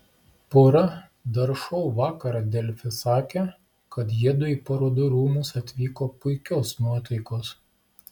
pora dar šou vakarą delfi sakė kad jiedu į parodų rūmus atvyko puikios nuotaikos